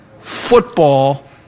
Football